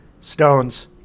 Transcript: Stones